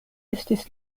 estis